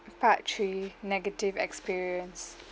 part three negative experience